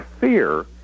fear